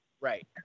Right